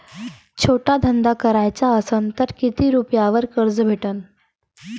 छोटा धंदा कराचा असन तर किती रुप्यावर कर्ज भेटन?